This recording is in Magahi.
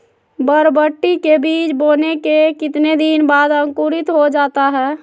बरबटी के बीज बोने के कितने दिन बाद अंकुरित हो जाता है?